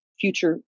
future